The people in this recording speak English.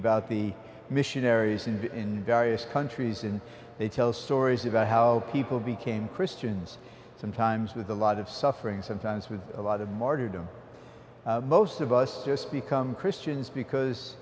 about the missionaries in various countries and they tell stories about how people became christians sometimes with a lot of suffering sometimes with a lot of martyrdom most of us just become christians because